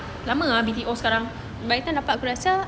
lama ah B_T_O sekarang